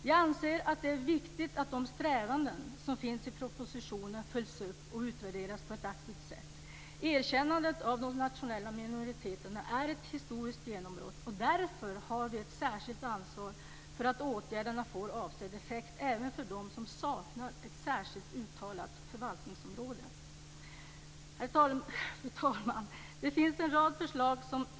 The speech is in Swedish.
Jag anser att det är viktigt att de strävanden som finns i propositionen följs upp och utvärderas på ett aktivt sätt. Erkännandet av de nationella minoriteterna är ett historiskt genombrott, och vi har ett särskilt ansvar för att åtgärderna får avsedd effekt även för dem som saknar ett särskilt uttalat förvaltningsområde. Fru talman!